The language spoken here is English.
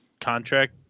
contract